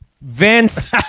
Vince